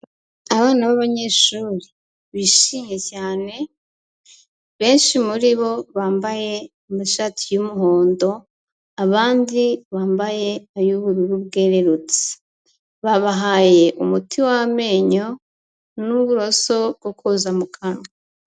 Abana b'abanyeshuri bishimye cyane, benshi muri bo bambaye amashati y'umuhondo, abandi bambaye ay'ubururu bwererutse. Babahaye umuti w'amenyo n'uburoso bwo koza mu kanwa.